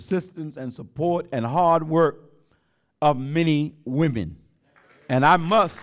assistance and support and hard work of many women and i must